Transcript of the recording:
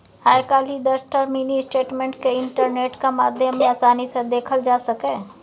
आइ काल्हि दसटा mini statement केँ इंटरनेटक माध्यमे आसानी सँ देखल जा सकैए